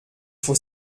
faut